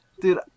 Dude